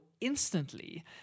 instantly